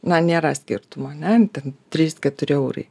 na nėra skirtumo ane ten trys keturi eurai